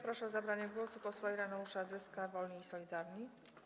Proszę o zabranie głosu posła Ireneusza Zyskę, Wolni i Solidarni.